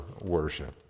worship